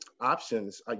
options